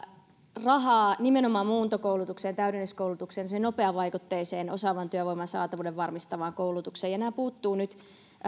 nimenomaan muuntokoulutukseen ja täydennyskoulutukseen semmoiseen nopeavaikutteiseen osaavan työvoiman saatavuuden varmistavaan koulutukseen ja nämä puuttuvat nyt